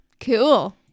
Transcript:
Cool